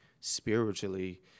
spiritually